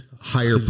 higher